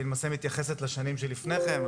ולמעשה היא מתייחסת לשנים שלפני כן.